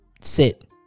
sit